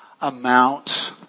amount